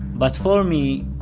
but for me,